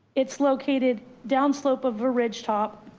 it's located down slope of a ridge top.